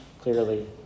clearly